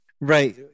Right